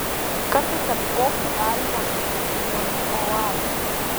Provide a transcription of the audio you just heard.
kartais tarp kopų galima aptikti ir mažų oazių